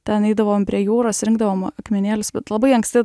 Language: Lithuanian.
ten eidavom prie jūros rinkdavom akmenėlius bet labai anksti